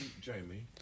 Jamie